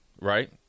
right